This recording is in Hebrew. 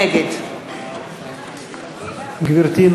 נגד גברתי,